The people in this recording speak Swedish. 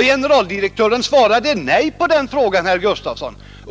Generaldirektören svarade nej på den frågan, herr Gustafson.